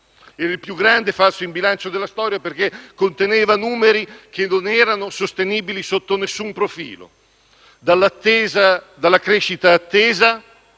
il più grande falso in bilancio della storia, perché conteneva numeri che non era non sostenibili sotto nessun profilo, a cominciare dalla crescita attesa,